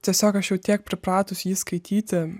tiesiog aš jau tiek pripratus jį skaityti